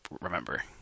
remember